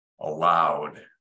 allowed